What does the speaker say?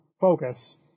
focus